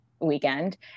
weekend